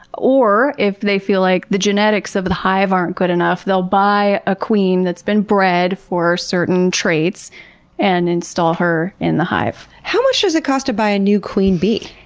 or, if they feel like the genetics of the hive aren't good enough, they'll buy a queen that's been bred for certain traits and install her in the hive. how much does it cost to buy a new queen bee?